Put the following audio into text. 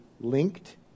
linked